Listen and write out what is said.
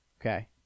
Okay